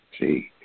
See